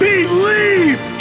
Believe